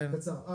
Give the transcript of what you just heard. א.